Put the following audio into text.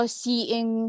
seeing